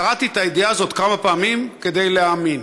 קראתי את הידיעה הזו כמה פעמים כדי להאמין.